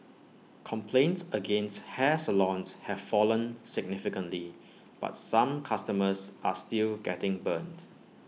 complaints against hair salons have fallen significantly but some customers are still getting burnt